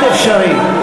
מאוד אפשרי.